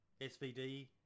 SVD